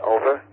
Over